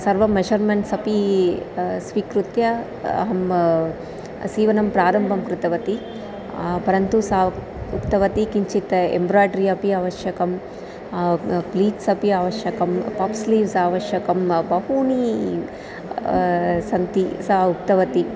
सर्वं मेशर्मेण्ट्स् अपि स्वीकृत्य अहं सीवनं प्रारम्भं कृतवती परन्तु सा उक्तवती किञ्चित् एम्ब्राय्डरि अपि आवश्यकं प्लीत्स् अपि आवश्यकं पप् स्लीव्स् आवश्यकं बहूनि सन्ति सा उक्तवती